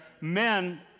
men